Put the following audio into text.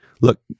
look